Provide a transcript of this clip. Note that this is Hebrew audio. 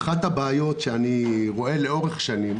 אחת הבעיות שאני רואה לאורך שנים